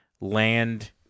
land